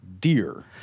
deer